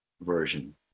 version